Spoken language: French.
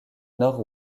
nord